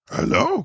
Hello